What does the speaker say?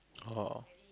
oh